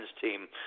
team